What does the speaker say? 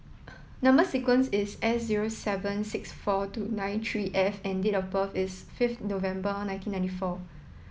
number sequence is S zero seven six four two nine three F and date of birth is fifth November nineteen ninety four